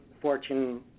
Fortune